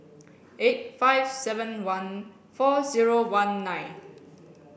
eight five seven one four zero one nine